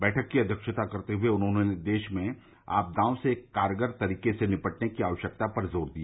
बैठक की अध्यक्षता करते हुए उन्होंने देश में आपदाओं से कारगर तरीके से निपटने की आकश्यकता पर जोर दिया